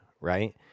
Right